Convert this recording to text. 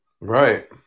Right